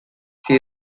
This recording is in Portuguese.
que